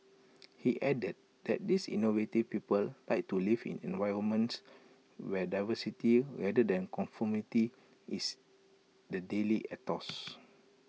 he added that these innovative people like to live in environments where diversity rather than conformity is the daily ethos